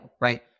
right